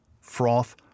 froth